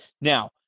Now